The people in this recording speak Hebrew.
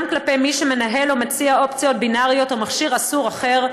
כלפי מי שמנהל או מציע אופציות בינאריות או מכשיר אסור אחר,